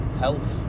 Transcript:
health